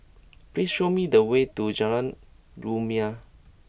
please show me the way to Jalan Rumia